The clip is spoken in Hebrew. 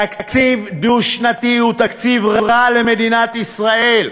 תקציב דו-שנתי הוא תקציב רע למדינת ישראל,